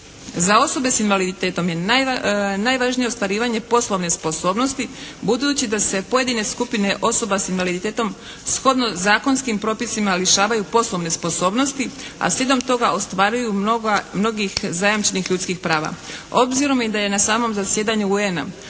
Za osobe s invaliditetom je najvažnije ostvarivanje poslovne sposobnosti budući da se pojedine skupine osoba s invaliditetom shodno zakonskim propisima lišavaju poslovne sposobnosti, a slijedom toga ostvaruju mnogih zajamčenih ljudskih prava. Obzirom i da je na samom zasjedanju UN-a